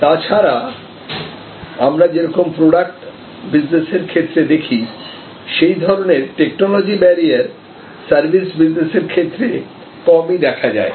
তাছাড়া আমরা যেরকম প্রোডাক্ট বিজনেস এর ক্ষেত্রে দেখি সেই ধরনের টেকনোলজি ব্যারিয়ার সার্ভিস বিজনেসের ক্ষেত্রে কমই দেখা যায়